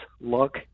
look